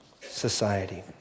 society